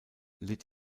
litt